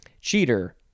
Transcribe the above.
Cheater